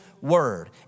word